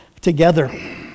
together